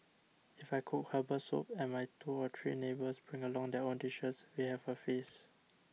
if I cook Herbal Soup and my two or three neighbours bring along their own dishes we have a feast